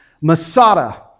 Masada